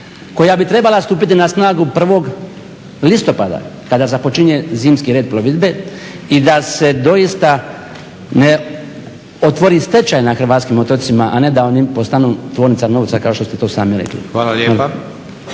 koja bi trebala stupiti na snagu 1. listopada kada započinje zimski red plovidbe i da se doista ne otvori stečaj na hrvatskim otocima, a ne da oni postanu tvornica novca kao što ste to sami rekli. **Leko,